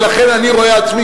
ולכן אני רואה עצמי,